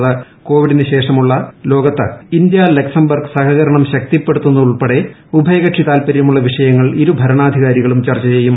്കോവിഡിന് ശേഷമുള്ള ലോകത്ത് India Luxembourg സഹ്ക്രണം ശക്തിപ്പെടുത്തുന്നത് ഉൾപ്പെടെ ഉഭയകക്ഷി താൽപര്യമുള്ള് വിഷയങ്ങൾ ഇരുഭരണാധികാരികളും ചർച്ച ചെയ്യും